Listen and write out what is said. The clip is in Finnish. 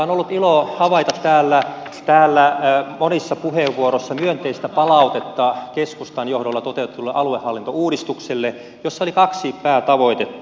on ollut ilo havaita täällä monissa puheenvuoroissa myönteistä palautetta keskustan johdolla toteutetulle aluehallintouudistukselle jossa oli kaksi päätavoitetta